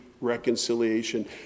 reconciliation